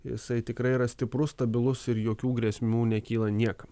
jisai tikrai yra stiprus stabilus ir jokių grėsmių nekyla niekam